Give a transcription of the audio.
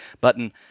button